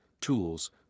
tools